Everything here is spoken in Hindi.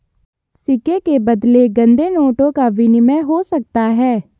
सिक्के के बदले गंदे नोटों का विनिमय हो सकता है